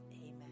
Amen